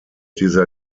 dieser